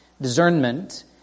Discernment